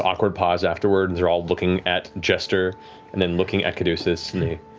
awkward pause afterward, and they're all looking at jester and then looking at caduceus.